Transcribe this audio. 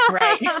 right